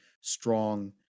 strong